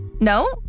no